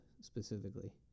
specifically